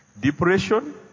depression